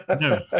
No